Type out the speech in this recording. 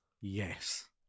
yes